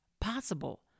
possible